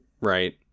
right